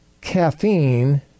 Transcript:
caffeine